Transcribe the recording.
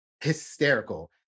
hysterical